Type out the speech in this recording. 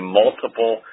multiple